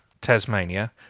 Tasmania